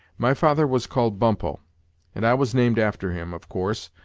my father was called bumppo and i was named after him, of course,